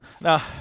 Now